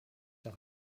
auch